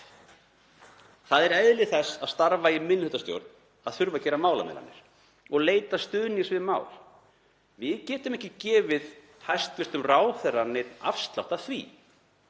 Það er eðli þess að starfa í minnihlutastjórn að þurfa að gera málamiðlanir og leita stuðnings við mál. Við getum ekki gefið hæstv. ráðherra neinn afslátt af því,